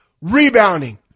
Rebounding